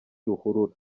ruhurura